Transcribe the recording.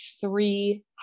three